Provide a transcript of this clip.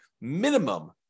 minimum